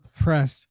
press